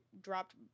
dropped